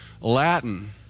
Latin